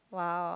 !wow!